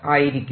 ആയിരിക്കും